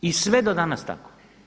I sve do danas tako.